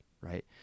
right